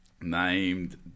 named